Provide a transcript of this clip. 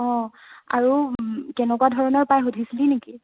অ' আৰু কেনেকুৱা ধৰণৰ পায় সুধিছিলি নেকি